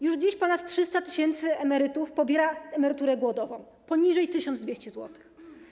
Już dziś ponad 300 tys. emerytów pobiera emeryturę głodową, poniżej 1200 zł.